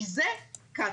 כי זה קצא"א.